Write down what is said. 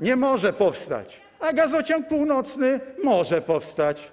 nie może powstać, ale Gazociąg Północny może powstać.